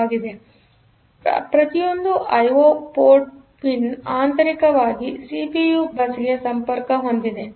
ಆದ್ದರಿಂದ ಪ್ರತಿಯೊಂದು ಐಒ ಪೋರ್ಟ್ನ ಪಿನ್ ಆಂತರಿಕವಾಗಿ ಸಿಪಿಯು ಬಸ್ಗೆ ಸಂಪರ್ಕ ಹೊಂದಿದೆ